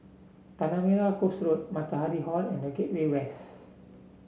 Tanah Merah Coast Road Matahari Hall and The Gateway West